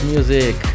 Music